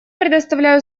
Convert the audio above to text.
предоставляю